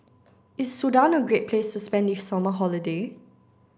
is Sudan a great place to spend the summer holiday